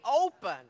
open